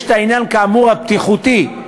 יש העניין, כאמור, הבטיחותי,